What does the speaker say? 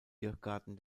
irrgarten